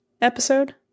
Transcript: episode